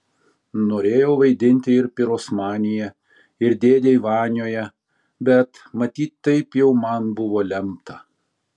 norėjau vaidinti ir pirosmanyje ir dėdėj vanioje bet matyt taip jau man buvo lemta